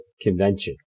convention